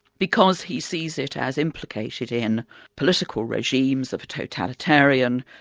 because he sees it as implicated in political regimes of a totalitarian,